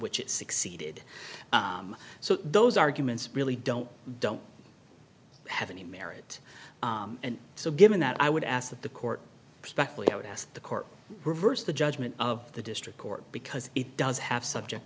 which it succeeded so those arguments really don't don't have any merit and so given that i would ask that the court respectfully i would ask the court reverse the judgment of the district court because it does have subject